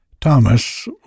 Thomas